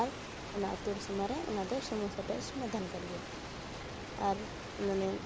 ᱟᱨ ᱚᱱᱟ ᱟᱹᱛᱩᱦᱚᱲ ᱥᱟᱢᱟᱝᱨᱮ ᱚᱱᱟᱫᱚ ᱥᱚᱢᱥᱥᱟᱴᱟᱜ ᱮ ᱥᱚᱢᱟᱫᱷᱟᱱᱠᱟᱫ ᱜᱮ ᱟᱨ ᱢᱟᱱᱮ